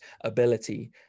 ability